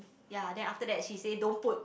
ya then after that she say don't put